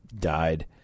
died